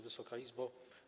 Wysoka Izbo!